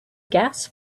gas